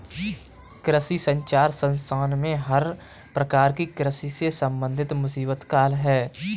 कृषि संचार संस्थान में हर प्रकार की कृषि से संबंधित मुसीबत का हल है